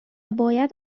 باید